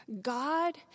God